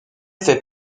fait